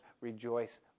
rejoice